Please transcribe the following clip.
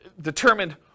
determined